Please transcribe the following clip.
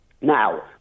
Now